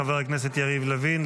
חבר הכנסת יריב לוין,